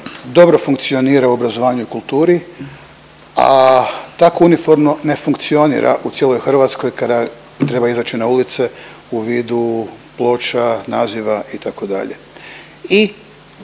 dobro funkcionira u obrazovanju i kulturi, a tako uniforno ne funkcionira u cijeloj Hrvatskoj kada treba izaći na ulice u vidu ploča, naziva itd.